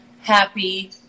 happy